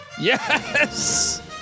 Yes